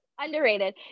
underrated